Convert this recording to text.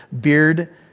beard